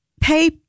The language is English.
pay